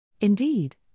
Indeed